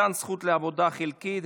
מתן זכות לעבודה חלקית),